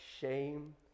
shame